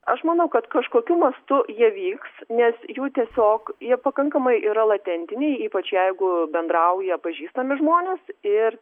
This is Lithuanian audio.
aš manau kad kažkokiu mastu jie vyks nes jų tiesiog jie pakankamai yra latentiniai ypač jeigu bendrauja pažįstami žmonės ir